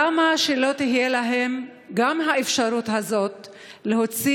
למה שלא תהיה להם גם האפשרות הזאת להוציא